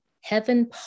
heaven